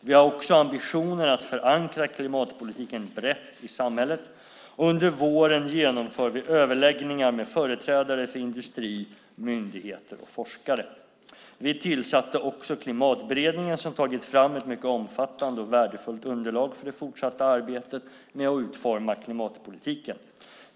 Vi har också ambitionen att förankra klimatpolitiken brett i samhället. Under våren genomför vi överläggningar med företrädare för industri, myndigheter och forskare. Vi tillsatte också Klimatberedningen, som har tagit fram ett mycket omfattande och värdefullt underlag för det fortsatta arbetet med att utforma klimatpolitiken.